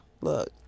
look